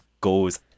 goes